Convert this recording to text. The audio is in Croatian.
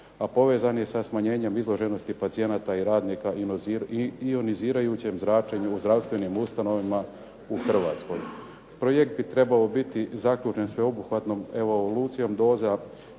a povezan je sa smanjenjem izloženosti pacijenata i radnika i ionizirajućem zračenju u zdravstvenim ustanovama u Hrvatskoj. Projekt bi trebao biti zaključen sveobuhvatnom evolucijom doza